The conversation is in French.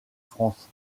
france